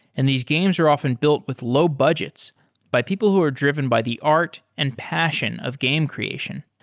and these games are often built with low budgets by people who are driven by the art and passion of game creation.